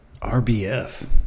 RBF